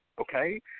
okay